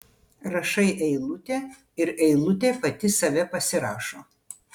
rašai eilutę ir eilutė pati save pasirašo